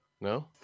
No